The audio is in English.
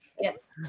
Yes